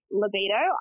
libido